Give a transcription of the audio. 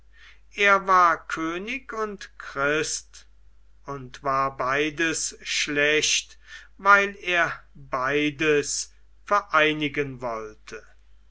er war könig und christ und war beides schlecht weil er beides vereinigen wollte